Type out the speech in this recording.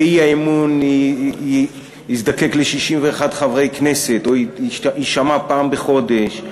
שהאי-אמון יזדקק ל-61 חברי כנסת או יישמע פעם בחודש,